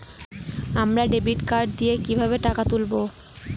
আমরা debit card দিয়ে কিভাবে টাকা তুলবো?